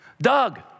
Doug